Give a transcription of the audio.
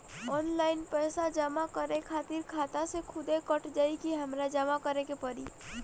Online पैसा जमा करे खातिर खाता से खुदे कट जाई कि हमरा जमा करें के पड़ी?